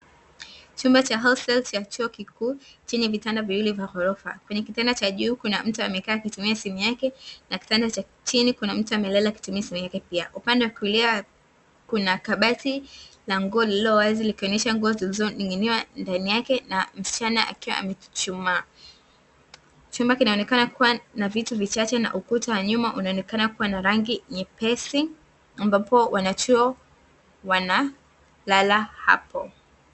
Chumba cha hosteli cha chuo kikuu chenye vitanda viwili vya ghorofa kwenye kitanda juu kuna mtu amekaa akitumia simu yake na kitanda cha chini kuna mtu amelala akitumia simu yake pia, upande wakulia kuna kabati la nguo lililowazi likionyesha nguo zilizoning'inia ndani yake na msichana akiwa amechuchumaa. Chumba kinaonekana kuwa na vitu vichache na ukuta wa nyuma unaonekana kuwa na rangi nyepesi ambapo wanachuo wanalala hapo.